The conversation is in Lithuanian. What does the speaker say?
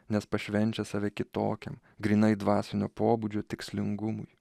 nes pašvenčia save kitokiam grynai dvasinio pobūdžio tikslingumui